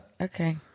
Okay